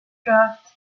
draft